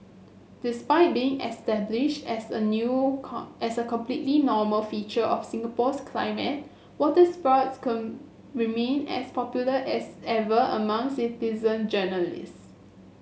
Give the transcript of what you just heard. despite being established as a new as a completely normal feature of Singapore's climate waterspouts remain as popular as ever among citizen journalist